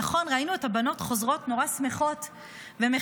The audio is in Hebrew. נכון, ראינו את הבנות חוזרות מאוד שמחות ומחייכות,